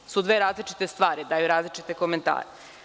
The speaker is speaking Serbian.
U“ i „iz“ su dve različite stvari, daju različite komentare.